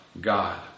God